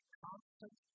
constant